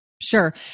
Sure